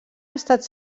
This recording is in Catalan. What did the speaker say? estat